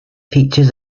features